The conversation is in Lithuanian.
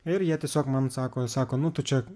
ir jie tiesiog man sako sako nu tu čia